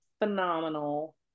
phenomenal